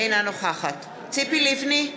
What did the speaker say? אינה נוכחת ציפי לבני,